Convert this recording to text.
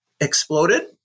exploded